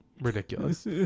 Ridiculous